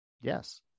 yes